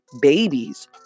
babies